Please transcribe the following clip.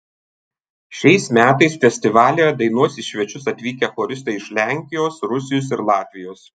šiais metais festivalyje dainuos į svečius atvykę choristai iš lenkijos rusijos ir latvijos